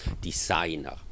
designer